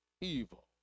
evil